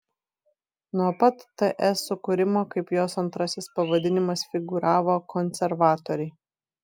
nuo pat ts sukūrimo kaip jos antrasis pavadinimas figūravo konservatoriai